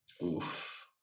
Oof